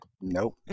Nope